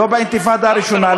לא באינתיפאדה הראשונה,